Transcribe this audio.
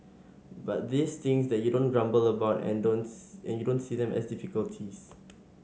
but these things that you don't grumble about and and you don't see them as difficulties